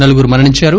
నలుగురు మరణించారు